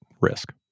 risk